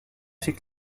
fait